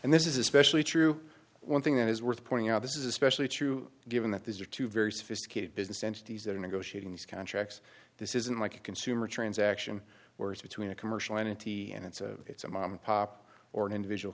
and this is especially true one thing that is worth pointing out this is especially true given that these are two very sophisticated business entities that are negotiating these contracts this isn't like a consumer transaction where it's between a commercial entity and it's a it's a mom and pop or an individual